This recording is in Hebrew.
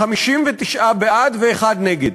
59 בעד ואחד נגד,